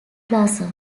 plazas